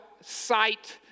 sight